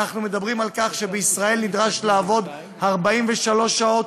אנחנו מדברים על כך שבישראל נדרשים לעבוד 43 שעות,